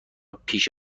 پیش